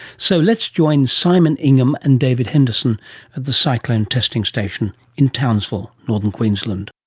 so let's join simon ingham and david henderson at the cyclone testing station in townsville, northern queensland.